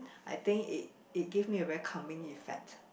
I think it it give me a calming effect